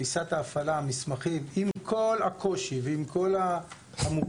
תפיסת ההפעלה המסמכים עם כל הקושי ועם כל המורכבות